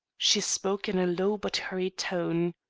she spoke in a low but hurried tone.